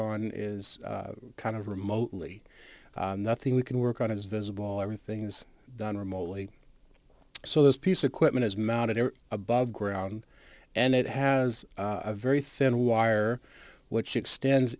on is kind of remotely nothing we can work on is visible everything is done remotely so this piece equipment is mounted above ground and it has a very thin wire which extends